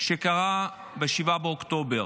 שקרה ב-7 באוקטובר.